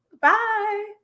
Bye